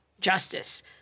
justice